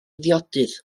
ddiodydd